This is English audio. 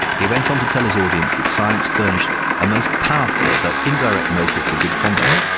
he went on to tell his audience that science furnished a most powerful though indirect motive to good conduct,